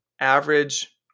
average